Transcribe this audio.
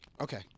Okay